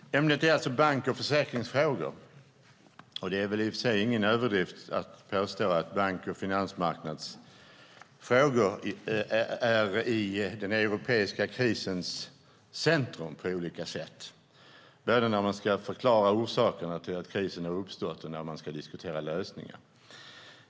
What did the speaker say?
Herr talman! Ämnet är alltså bank och försäkringsfrågor. Det är ingen överdrift att påstå att bank och finansmarknadsfrågor befinner sig i den europeiska krisens centrum på olika sätt. Det gäller både när man ska förklara orsakerna till att krisen har uppstått och när man ska diskutera lösningar.